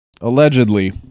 allegedly